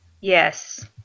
Yes